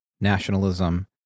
Nationalism